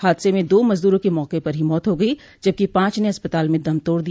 हादसे में दो मजदूरों की मौके पर ही मौत हो गई जबकि पांच ने अस्पताल में दम तोड दिया